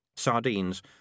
sardines